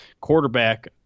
quarterback